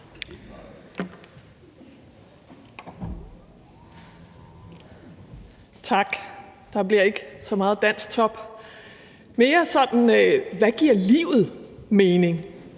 Tak. Der bliver ikke så meget dansktop, mere sådan: Hvad giver livet mening?